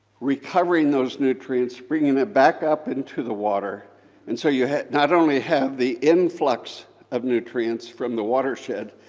recovering those nutrients, bringing it back up into the water and so you not only have the influx of nutrients from the watershed,